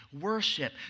worship